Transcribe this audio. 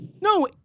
No